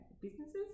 businesses